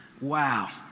Wow